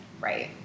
Right